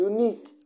Unique